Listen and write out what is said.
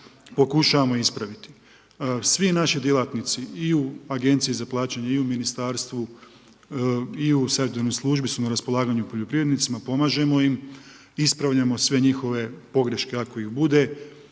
pokušavamo ispraviti. Svi naši djelatnici i u agenciji za plaćanje i u ministarstvu i u .../Govornik se ne razumije./... službi su na raspolaganju poljoprivrednicima, pomažemo im, ispravljamo sve njihove pogreške ako ih bude,